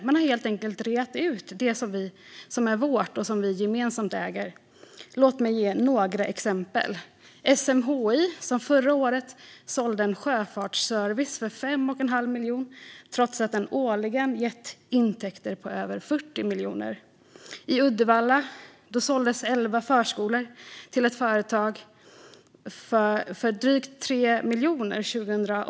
Man har helt enkelt reat ut det som är vårt och som vi gemensamt äger. Låt mig ge några exempel. SMHI sålde förra året en sjöfartsservice för 5 1⁄2 miljon, trots att den årligen gett intäkter på över 40 miljoner. I Uddevalla såldes 2008 elva förskolor till ett företag för drygt 3 miljoner.